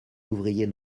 ouvriers